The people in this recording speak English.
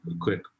quick